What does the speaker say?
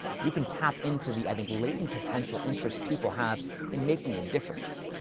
you can tap into the, i think, latent potential interest people have in making a difference.